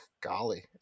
Golly